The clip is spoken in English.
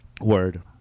Word